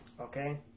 Okay